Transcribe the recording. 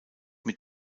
mit